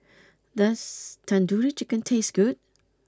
does Tandoori Chicken taste good